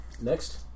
Next